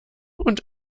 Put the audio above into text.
und